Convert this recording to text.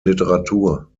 literatur